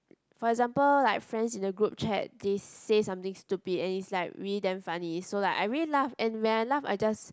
for example like friends in the group chat they say something stupid and is like really damn funny so like I really laugh and when I laugh I just